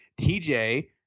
TJ